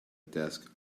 desk